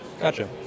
Gotcha